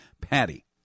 Patty